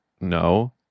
no